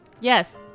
Yes